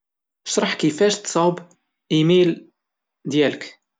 اشرح كيفاش تصاوب الايميل ديالك.